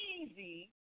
easy